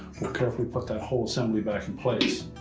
i'll carefully put that whole assembly back in place.